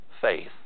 faith